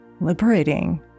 liberating